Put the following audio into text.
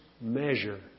measure